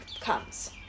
comes